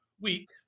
week